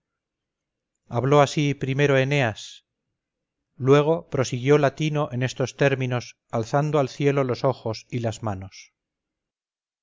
habló así primero eneas luego prosiguió latino en estos términos alzando al cielo los ojos y las manos